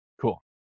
cool